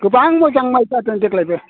गोबां मोजां माइ जादों देग्लायबो